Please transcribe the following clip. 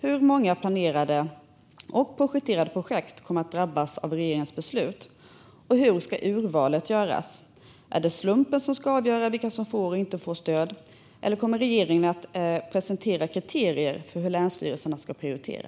Hur många planerade och projekterade projekt kommer att drabbas av regeringens beslut, och hur ska urvalet göras? Är det slumpen som ska avgöra vilka som får och vilka som inte får stöd, eller kommer regeringen att presentera kriterier för hur länsstyrelserna ska prioritera?